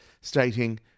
stating